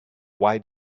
why